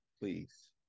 Please